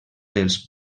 dels